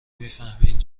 میفهمین